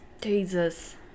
jesus